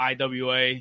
IWA